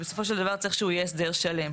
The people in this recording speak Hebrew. בסופו של דבר צריך שהוא יהיה הסדר שלם.